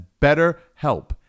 BetterHelp